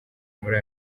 muri